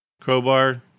crowbar